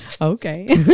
Okay